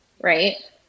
right